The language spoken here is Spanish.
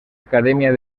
academia